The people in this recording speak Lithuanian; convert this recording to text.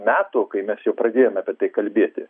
metų kai mes jau pradėjome apie tai kalbėti